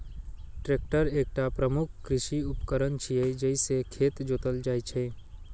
tractor एकटा प्रमुख कृषि उपकरण छियै, जइसे खेत जोतल जाइ छै